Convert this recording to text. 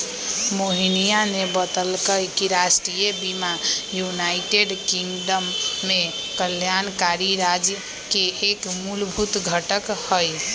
मोहिनीया ने बतल कई कि राष्ट्रीय बीमा यूनाइटेड किंगडम में कल्याणकारी राज्य के एक मूलभूत घटक हई